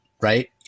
right